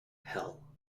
hell